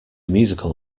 musical